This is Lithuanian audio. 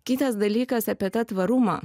kitas dalykas apie tą tvarumą